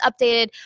updated